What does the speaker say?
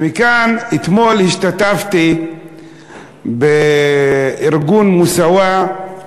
ומכאן, אתמול השתתפתי בארגון "מוסאוא"